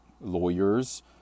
lawyers